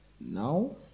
now